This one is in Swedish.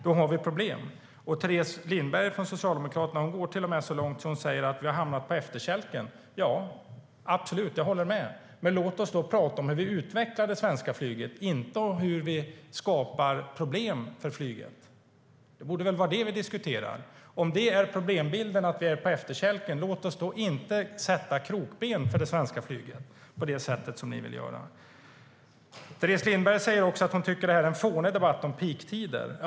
Då har vi problem. Teres Lindberg från Socialdemokraterna går till och med så långt att hon säger att vi har hamnat på efterkälken. Jag håller absolut med. Men låt oss då prata om hur vi utvecklar det svenska flyget, inte om hur vi skapar problem för flyget! Det borde väl vara det vi ska diskutera. Om problembilden är att vi är på efterkälken, låt oss då inte sätta krokben för det svenska flyget på det sätt som ni vill göra! Teres Lindberg säger också att hon tycker att debatten om peaktider är fånig.